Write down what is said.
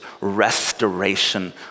restoration